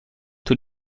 tous